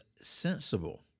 sensible